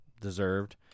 deserved